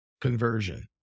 conversion